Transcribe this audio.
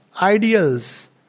ideals